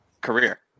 career